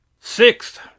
Sixth